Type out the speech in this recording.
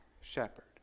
shepherd